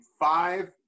five